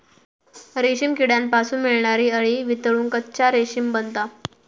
रेशीम किड्यांपासून मिळणारी अळी वितळून कच्चा रेशीम बनता